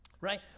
right